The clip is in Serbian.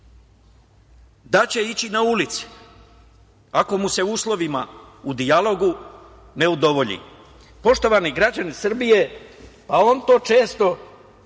da će ići na ulice ako se u uslovima u dijalogu ne udovolji. Poštovani građani Srbije, on to često